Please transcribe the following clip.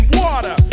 water